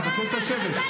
אני מבקש לשבת.